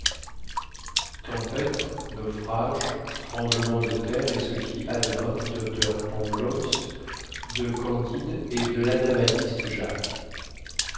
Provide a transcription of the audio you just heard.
tempête naufrage tremblement de terre et ce qui advint du docteur pangloss de candide et de l'anabaptiste jacques